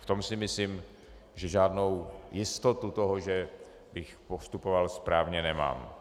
V tom si myslím, že žádnou jistotu toho, že bych postupoval správně, nemám.